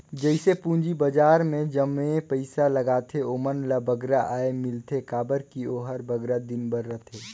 जइसे पूंजी बजार में जमने पइसा लगाथें ओमन ल बगरा आय मिलथे काबर कि ओहर बगरा दिन बर रहथे